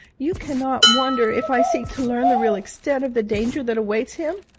you cannot wonder if i seek to learn the real extent of the danger that awaits him!